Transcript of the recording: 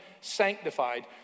sanctified